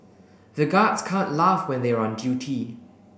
the guards can't laugh when they are on duty